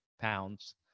pounds